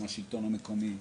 עם השלטון המקומי.